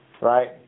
Right